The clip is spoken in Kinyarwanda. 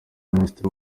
minisitiri